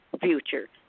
future